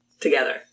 together